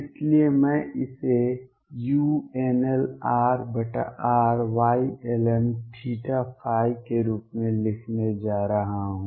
इसलिए मैं इसे unlrrYlmθϕ के रूप में लिखने जा रहा हूं